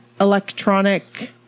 electronic